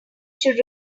should